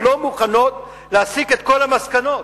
שלא מוכנות להסיק את כל המסקנות.